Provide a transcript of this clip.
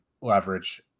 leverage